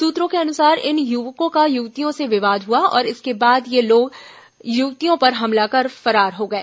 सूत्रों के अनुसार इन युवकों का युवतियों से विवाद हुआ और इसके बाद ये लोग युवतियों पर हमला कर फरार हो गए